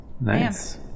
nice